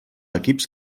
equips